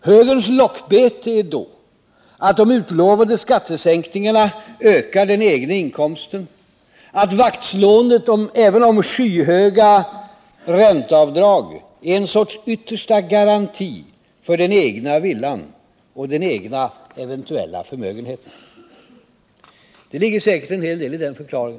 Högerns lockbete är då att de utlovade skattesänkningarna ökar den egna inkomsten, att vaktslåendet om även skyhöga ränteavdrag är en sorts yttersta garanti för den egna villan och den egna eventuella förmögenheten. Det ligger säkert en hel del i denna förklaring.